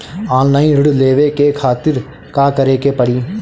Online ऋण लेवे के खातिर का करे के पड़ी?